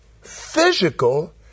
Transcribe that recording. physical